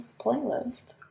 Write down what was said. playlist